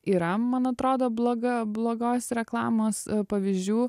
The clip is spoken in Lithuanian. yra man atrodo bloga blogos reklamos pavyzdžių